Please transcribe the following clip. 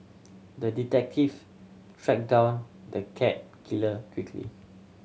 the detective track down the cat killer quickly